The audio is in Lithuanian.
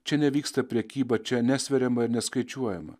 čia nevyksta prekyba čia nesveriama ir neskaičiuojama